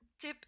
tip